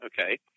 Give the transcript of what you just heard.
okay